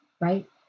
right